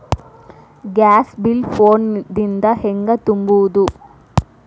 Gas bill phone ದಿಂದ ಹ್ಯಾಂಗ ತುಂಬುವುದು?